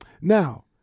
Now